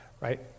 Right